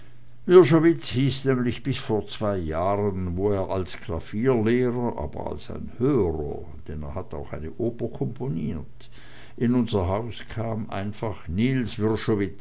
nämlich bis vor zwei jahren wo er als klavierlehrer aber als ein höherer denn er hat auch eine oper komponiert in unser haus kam einfach niels